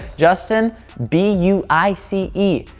justin b u i c e,